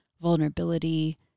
vulnerability